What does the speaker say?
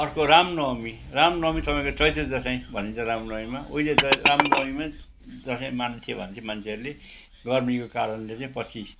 अर्को रामनवमी रामनवमी तपाईँको चैते दसैँ भनिन्छ रामनवमीमा उहिले त रामनवमीमै दसैँ मान्थे भन्थे मान्छेहरूले गर्मीको कारणले चाहिँ पछि